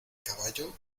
caballo